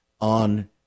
on